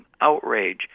outrage